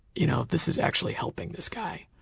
you know, this is actually helping this guy.